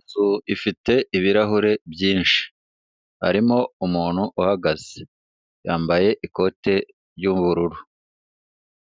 Inzu ifite ibirahure byinshi, harimo umuntu uhagaze, yambaye ikote ry'ubururu,